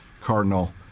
Cardinal